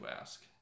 ask